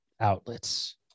outlets